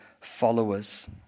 followers